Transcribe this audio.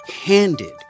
handed